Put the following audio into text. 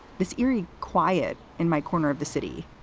this eerie quiet in my corner of the city.